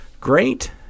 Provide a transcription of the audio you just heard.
Great